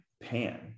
pan